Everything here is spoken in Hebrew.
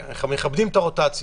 מכבדים את הרוטציה.